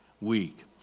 week